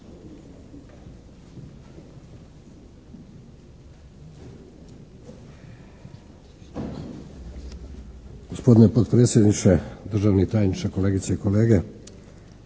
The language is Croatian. Gospodine potpredsjedniče, državni tajniče, kolegice i kolege.